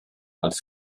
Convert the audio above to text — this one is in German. als